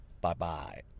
Bye-bye